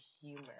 humor